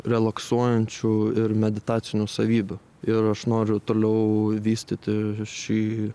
relaksnuojančių ir meditacinių savybių ir aš noriu toliau vystyti šį